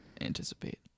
anticipate